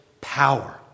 power